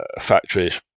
factories